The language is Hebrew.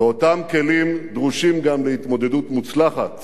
ואותם כלים דרושים גם להתמודדות מוצלחת